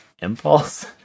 impulse